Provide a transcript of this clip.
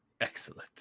Excellent